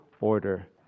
order